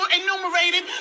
enumerated